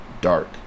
dark